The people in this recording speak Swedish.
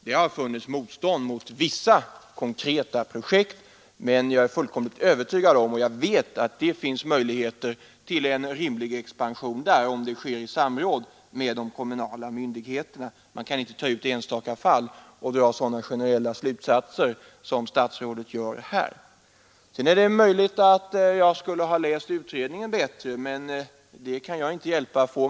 Det har rests motstånd mot vissa konkreta projekt, men jag vet att det finns möjligheter till en rimlig expansion där, om den sker i samråd med de kommunala myndigheterna. Man kan inte ta ut enstaka fall och dra sådana generella slutsatser som statsrådet gör. Det är möjligt att jag borde ha läst utredningen bättre, men det här är inte mitt fel.